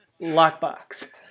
lockbox